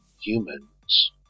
humans